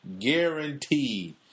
Guaranteed